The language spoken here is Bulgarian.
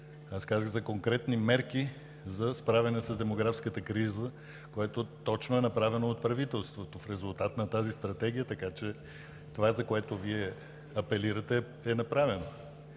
Аз казах за конкретни мерки за справяне с демографската криза, което точно е направено от правителството, в резултат на тази стратегия. Така че това, за което Вие апелирате, е направено.